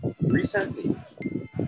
recently